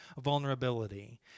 vulnerability